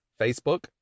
Facebook